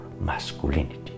masculinity